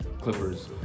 Clippers